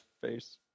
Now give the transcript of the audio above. face